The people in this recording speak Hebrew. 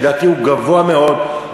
שלדעתי הוא גבוה מאוד,